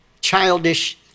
childish